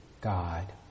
God